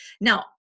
Now